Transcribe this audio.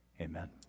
Amen